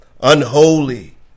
unholy